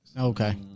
Okay